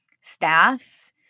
staff